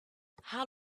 how